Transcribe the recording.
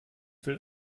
will